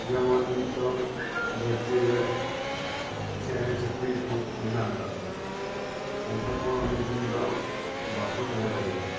ᱡᱮᱢᱚᱱ ᱱᱤᱛᱚᱜ ᱫᱷᱟᱨᱛᱤ ᱨᱮ ᱪᱮᱬᱮ ᱪᱤᱯᱨᱩᱜ ᱠᱚ ᱢᱮᱱᱟᱜ ᱠᱟᱜ ᱠᱚᱣᱟ ᱩᱝᱠᱩ ᱠᱟᱦᱚᱸ ᱢᱤᱜ ᱫᱤᱱ ᱫᱚ ᱵᱟᱠᱚ ᱛᱟᱦᱮᱸ ᱫᱟᱲᱮᱣᱟᱜᱼᱟ